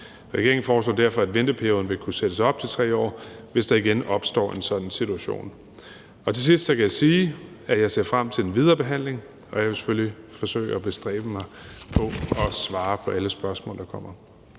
Regeringen foreslår derfor, at venteperioden vil kunne sættes op til 3 år, hvis der igen opstår en sådan situation. Til sidst kan jeg sige, at jeg ser frem til den videre behandling, og jeg vil selvfølgelig bestræbe mig på at svare på alle spørgsmål, der kommer.